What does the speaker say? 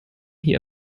hier